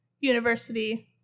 university